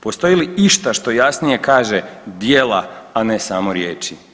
Postoji li išta što jasnije kaže djela, a ne samo riječi?